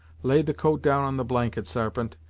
lay the coat down on the blanket, sarpent,